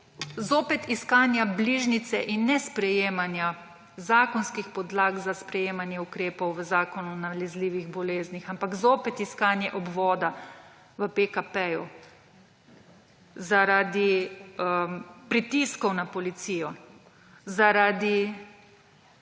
zaradi iskanja bližnjice in nesprejemanja zakonskih podlag za sprejemanje ukrepov v Zakonu o nalezljivih boleznih, ampak zopet iskanje obvoda v PKP, zaradi pritiskov na policijo, zaradi